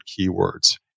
keywords